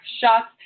shots